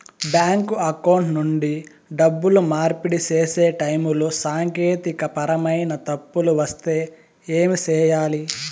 bank account నుండి డబ్బులు మార్పిడి సేసే టైములో సాంకేతికపరమైన తప్పులు వస్తే ఏమి సేయాలి